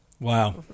Wow